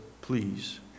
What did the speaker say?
please